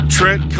Trent